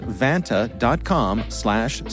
vanta.com/slash